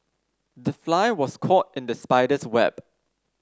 the fly was caught in the spider's web